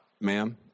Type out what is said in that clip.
Ma'am